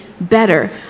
better